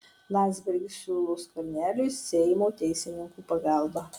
landsbergis siūlo skverneliui seimo teisininkų pagalbą